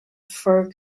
fur